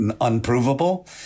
unprovable